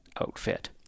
outfit